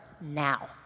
now